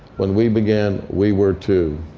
when we began, we were too.